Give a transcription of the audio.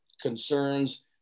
concerns